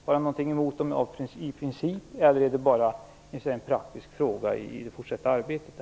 Har han någonting emot dem av princip, eller handlar det bara om en praktisk fråga i det fortsatta arbetet?